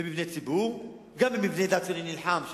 במבני ציבור, גם במבני דת,